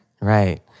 Right